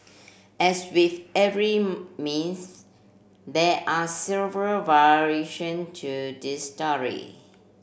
as with every myth there are several variation to this story